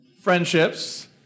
friendships